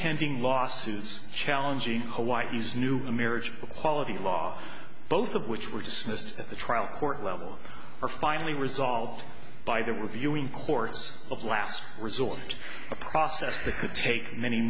pending lawsuits challenging hawaii's new marriage equality law both of which were dismissed at the trial court level are finally resolved by the reviewing courts of last resort a process that could take many